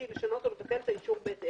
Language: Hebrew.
היא לשנות או לבטל את האישור בהתאם.